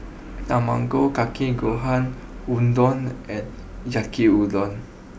Tamago Kake Gohan Udon and Yaki Udon